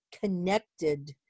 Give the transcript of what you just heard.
connected